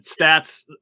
stats